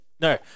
No